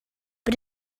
but